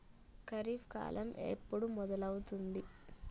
ఖరీఫ్ కాలం ఎప్పుడు మొదలవుతుంది?